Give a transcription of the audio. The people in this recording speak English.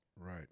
Right